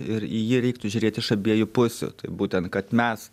ir į jį reiktų žiūrėt iš abiejų pusių būtent kad mes